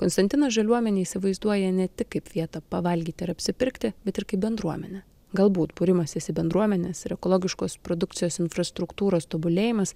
konstantinas žaliuomenę įsivaizduoja ne tik kaip vietą pavalgyti apsipirkti bet ir kaip bendruomenę galbūt būrimasis į bendruomenes ir ekologiškos produkcijos infrastruktūros tobulėjimas